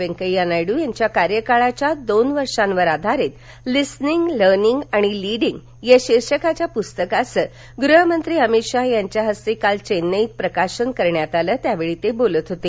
वेंकय्या नायड् यांच्या कार्यकाळाच्या दोन वर्षांवर आधारित लिसनिंग लर्निंग आणि लिडींग या शीर्षकाच्या पुस्तकाचं गृह मंत्री अमित शहा यांच्या हस्ते काल चेन्नईत प्रकाशन करण्यात आलं त्याप्रसंगी ते बोलत होते